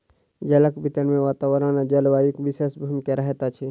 जलक वितरण मे वातावरण आ जलवायुक विशेष भूमिका रहैत अछि